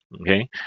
Okay